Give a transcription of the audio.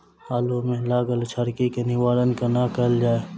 आलु मे लागल झरकी केँ निवारण कोना कैल जाय छै?